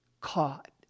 caught